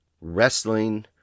wrestling